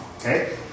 Okay